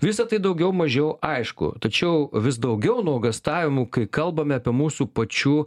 visa tai daugiau mažiau aišku tačiau vis daugiau nuogąstavimų kai kalbame apie mūsų pačių